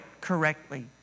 correctly